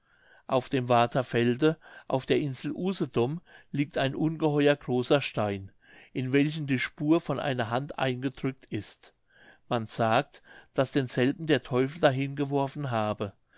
auf dem warther felde auf der insel usedom liegt ein ungeheuer großer stein in welchen die spur von einer hand eingedrückt ist man sagt daß denselben der teufel dahin geworfen habe